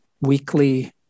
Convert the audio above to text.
weekly